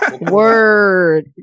word